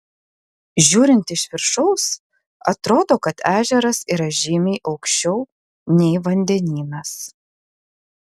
žiūrint iš viršaus atrodo kad ežeras yra žymiai aukščiau nei vandenynas